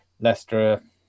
Leicester